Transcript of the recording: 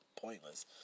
pointless